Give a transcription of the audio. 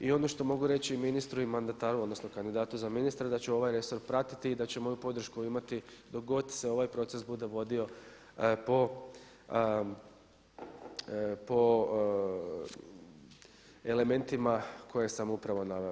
I ono što mogu reći ministru i mandataru odnosno kandidatu za ministra da će ovaj resor pratiti i da će moju podršku imati dok god se ovaj proces bude vodio po elementima koje sam upravo naveo.